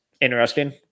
interesting